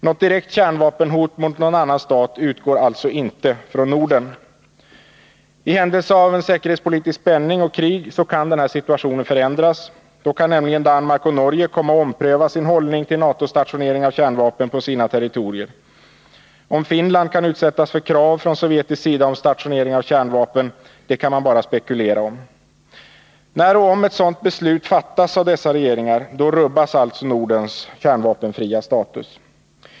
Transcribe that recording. Något direkt kärnvapenhot mot någon annan stat utgår således inte från Norden. I händelse av säkerhetspolitisk spänning och krig kan situationen förändras. Då kan nämligen Danmark och Norge komma att ompröva sin hållning till NATO-stationering av kärnvapen på sina territorier. Om Finland kan utsättas för krav från sovjetisk sida om stationering av kärnvapen kan man bara spekulera om. När och om ett sådant beslut fattas av dessa regeringar rubbas alltså Nordens kärnvapenfria status.